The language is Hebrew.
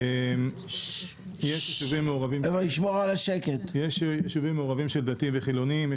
יש יישובים מעורבים של דתיים וחילוניים,